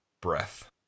breath